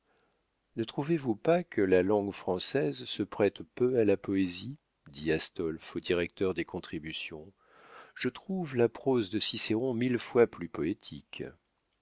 ne trouvez-vous pas que la langue française se prête peu à la poésie dit astolphe au directeur des contributions je trouve la prose de cicéron mille fois plus poétique